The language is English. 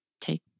take